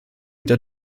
their